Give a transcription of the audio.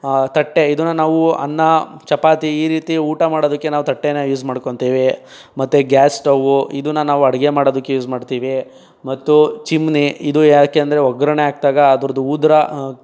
ತಟ್ಟೆ ಇದನ್ನ ನಾವು ಅನ್ನ ಚಪಾತಿ ಈ ರೀತಿ ಊಟ ಮಾಡೋದಕ್ಕೆ ನಾವು ತಟ್ಟೆನ ಯೂಸ್ ಮಾಡ್ಕೊತೀವಿ ಮತ್ತು ಗ್ಯಾಸ್ ಸ್ಟವ್ವು ಇದನ್ನ ನಾವು ಅಡುಗೆ ಮಾಡೋದಕ್ಕೆ ಯೂಸ್ ಮಾಡ್ತೀವಿ ಮತ್ತು ಚಿಮ್ನಿ ಇದು ಯಾಕೆ ಅಂದರೆ ಒಗ್ಗರಣೆ ಹಾಕಿದಾಗ ಅದರದು ಊದರ